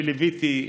אני ליוויתי,